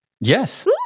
Yes